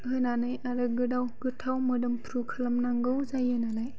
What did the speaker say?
होनानै आरो गोदाव गोथाव मोदोमफ्रु खालामनांगौ जायो नालाय